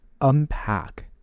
unpack